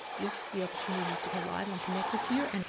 just the opportunity to go live and connect with you. and